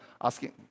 asking